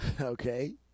Okay